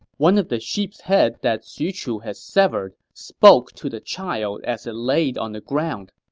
one of the sheep's head that xu chu had severed spoke to the child as it laid on the ground,